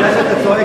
מכיוון שאתה צועק,